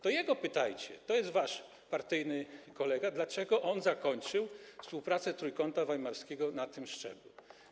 To jego pytajcie, to jest wasz partyjny kolega, dlaczego on zakończył współpracę Trójkąta Weimarskiego na tym szczeblu.